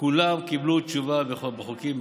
כולם קיבלו תשובה בחוקים,